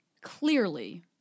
clearly